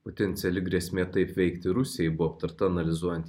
potenciali grėsmė taip veikti rusijai buvo aptarta analizuojant